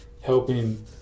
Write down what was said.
helping